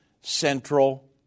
central